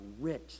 rich